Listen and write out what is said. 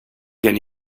gen